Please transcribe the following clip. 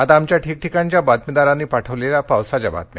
आता आमच्या ठिकठिकाणच्या बातमीदारांनी पाठविलेल्या पावसाच्या बातम्या